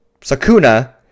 sakuna